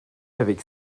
avec